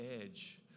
edge